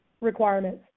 requirements